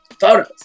Photos